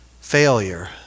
failure